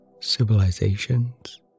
civilizations